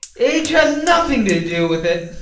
age has nothing to do with it.